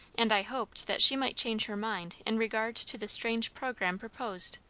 and i hoped that she might change her mind in regard to the strange programme proposed,